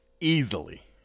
Easily